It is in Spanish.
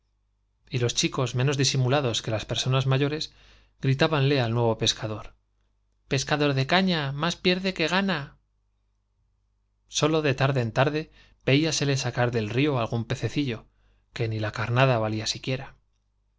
y los chicos menos disimulados que las personas mayores gritábanle al nuevo pescador i pescador de caña más pierde que gana sólo de tarde en tarde veíasele sacar del río algún pececillo que ni la carnada valía siquiera